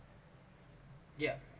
yeah